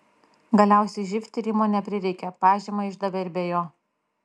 galiausiai živ tyrimo neprireikė pažymą išdavė ir be jo